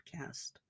podcast